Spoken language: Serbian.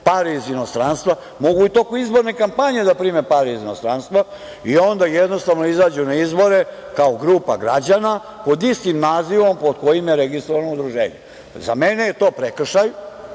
pare iz inostranstva. Mogu i u toku izborne kampanje da prime pare iz inostranstva i onda jednostavno izađu na izbore kao grupa građana pod istim nazivom pod kojim je registrovano udruženje. Za mene je to prekršaj